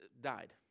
died